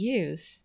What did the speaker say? use